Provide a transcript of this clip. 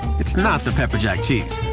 it's not the pepper jack cheese.